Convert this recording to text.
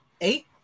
eight